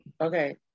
Okay